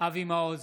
אבי מעוז,